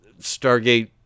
stargate